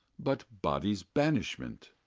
but body's banishment.